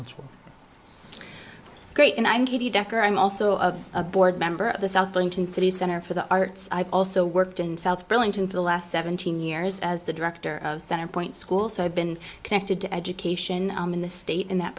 created great and i'm giddy dekker i'm also of a board member of the south burlington city center for the arts i've also worked in south burlington for the last seventeen years as the director of center point school so i've been connected to education in the state in that